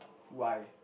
why